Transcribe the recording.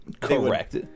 Correct